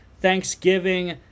Thanksgiving